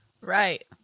Right